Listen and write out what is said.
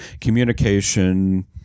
communication